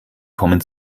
kommen